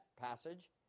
passage